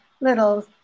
little –